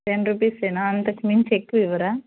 ten రూపీసా అంతకు మించి ఎక్కువ ఇవ్వరా